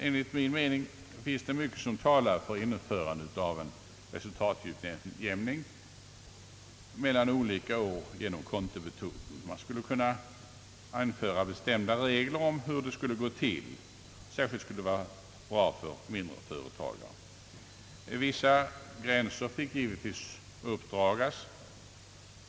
Enligt min mening finns det mycket som talar för införande av resultatutjämning mellan olika år genom kontometoden. Man skulle kunna anföra bestämda regler om hur det skulle gå till. Särskilt bra skulle det vara för mindre företagare. Vissa gränser fick givetvis uppdras.